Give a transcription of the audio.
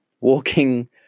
walking